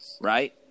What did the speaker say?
right